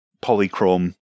polychrome